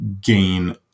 gain